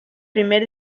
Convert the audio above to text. primer